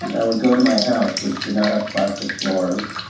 i would go to my house, which did not have plastic floors,